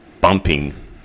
bumping